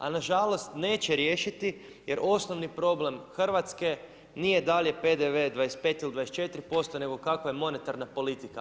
A nažalost, neće riješiti, jer osnovni problem Hrvatske, nije dalje PDV 25 ili 24 posto, nego kako je monetarna politika.